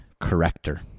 corrector